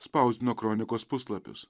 spausdino kronikos puslapius